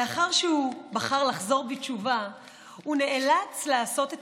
לאחר שהוא בחר לחזור בתשובה הוא נאלץ לעשות את